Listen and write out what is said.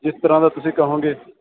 ਜਿਸ ਤਰ੍ਹਾਂ ਦਾ ਤੁਸੀਂ ਕਹੋਗੇ